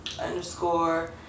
underscore